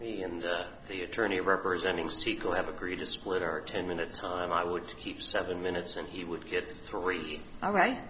he and the attorney representing sequel have agreed to support our ten minute time i would to keep seven minutes and he would get three all right